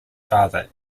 father